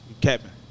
Captain